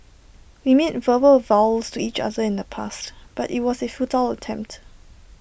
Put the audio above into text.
we made verbal vows to each other in the past but IT was A futile attempt